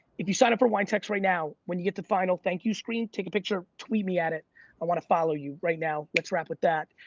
if you sign up for winetext right now, when you get the final thank you screen, take a picture, tweet me at it i wanna follow you right now. let's wrap with that,